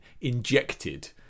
injected